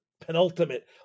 penultimate